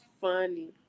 funny